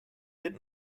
did